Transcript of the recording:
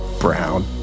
Brown